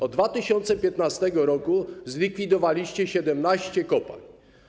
Od 2015 r. zlikwidowaliście 17 kopalń.